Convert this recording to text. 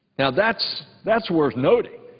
now, that's that's worth noting.